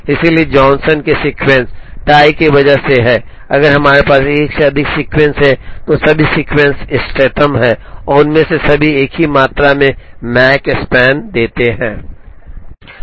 इसलिए जॉनसन के sequence tie की वजह से है अगर हमारे पास एक से अधिक सीक्वेंस हैं तो सभी सीक्वेंस इष्टतम हैं और उनमें से सभी एक ही मात्रा में माकस्पैन देते हैं